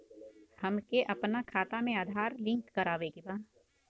हमके अपना खाता में आधार लिंक करावे के बा?